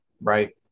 right